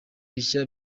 bishya